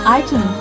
item